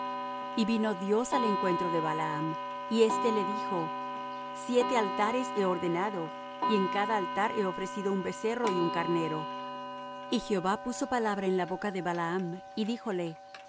y vino dios al encuentro de balaam y éste le dijo siete altares he ordenado y en cada altar he ofrecido un becerro y un carnero y jehová puso palabra en la boca de balaam